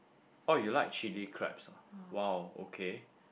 oh you like chili crabs ah !wow! okay